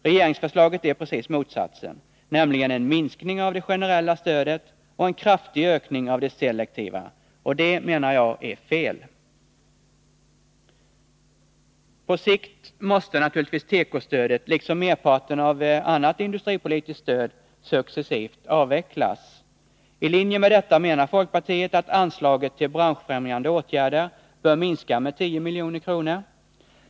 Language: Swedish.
Regeringsförslaget innebär precis motsatsen, nämligen en minskning av det generella stödet och en kraftig ökning av det selektiva, och det, menar jag, är fel. På sikt måste naturligtvis tekostödet, liksom merparten av annat industripolitiskt stöd, successivt avvecklas. I linje med detta menar Nr 150 folkpartiet att anslaget till branschfrämjande åtgärder bör minska med 10 Torsdagen den milj.kr.